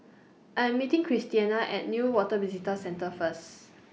I Am meeting Christena At Newater Visitor Centre First